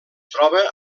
troba